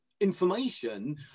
information